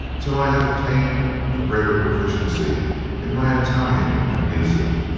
till i have attained a greater proficiency in my italian and music.